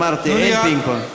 אמרתי: אין פינג-פונג.